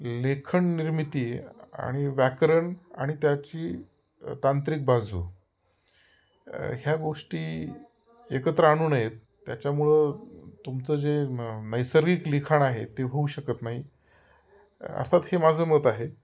लेखन निर्मिती आणि व्याकरण आणि त्याची तांत्रिक बाजू ह्या गोष्टी एकत्र आणू नयेत त्याच्यामुळं तुमचं जे नैसर्गिक लिखाण आहे ते होऊ शकत नाही अर्थात हे माझं मत आहे